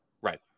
Right